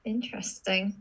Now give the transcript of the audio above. Interesting